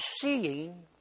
seeing